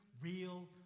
real